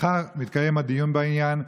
מחר מתקיים הדיון בעניין,